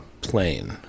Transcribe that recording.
plane